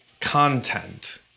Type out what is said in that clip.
content